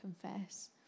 confess